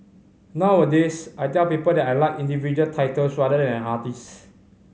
nowadays I tell people that I like individual titles rather than an artist